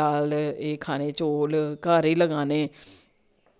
दाल एह् खाने चौल घर ई लगाने